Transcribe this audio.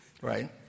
Right